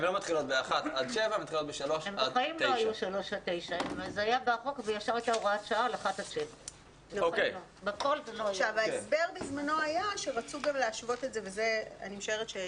במקום 13:00 19:00 זה יהיה 15:00 21:00. הם בחיים לא